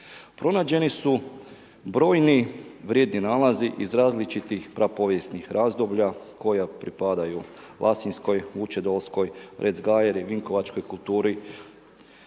Pronađeni su brojni vrijedni nalazi iz različitih prapovijesnih razdoblja koja pripadaju lasinjskoj, vučedolskoj, .../Govornik